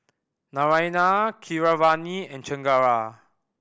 Naraina Keeravani and Chengara